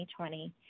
2020